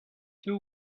two